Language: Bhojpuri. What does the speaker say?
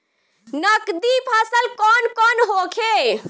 नकदी फसल कौन कौनहोखे?